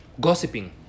Gossiping